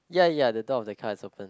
ya ya the door of the car is open